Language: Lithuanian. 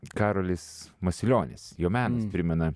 karolis masilionis jo menas primena